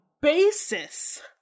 basis